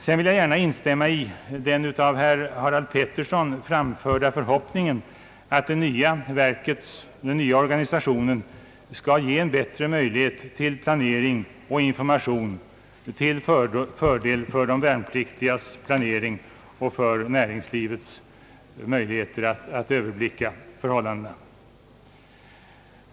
Sedan vill jag gärna instämma i den av herr Harald Pettersson framförda förhoppningen att den nya organisa tionen skall ge en bättre möjlighet till planering och information till fördel för de värnpliktiga och för näringslivets överblick över förhållandena.